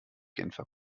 genfer